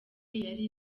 yari